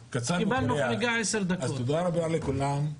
תודה רבה לכולם.